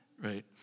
right